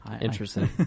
Interesting